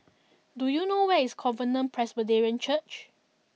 do you know where is Covenant Presbyterian Church